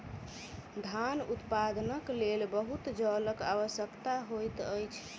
धान उत्पादनक लेल बहुत जलक आवश्यकता होइत अछि